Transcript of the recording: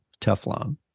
Teflon